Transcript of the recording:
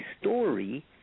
story